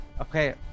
Okay